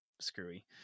Screwy